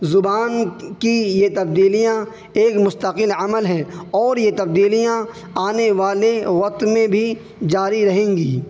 زبان کی یہ تبدیلیاں ایک مستقل عمل ہے اور یہ تبدیلیاں آنے والے وقت میں بھی جاری رہیں گی